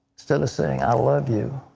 instead of saying i love you,